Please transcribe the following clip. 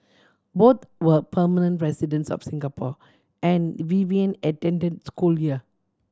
both were permanent residents of Singapore and Vivian attended school here